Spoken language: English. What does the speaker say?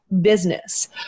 business